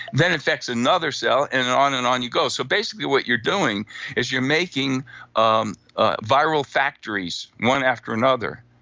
then infects another cell, and on and on you go. so, basically what you're doing is you're making um ah viral factories one after another.